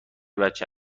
بچه